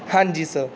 ਹਾਂਜੀ ਸਰ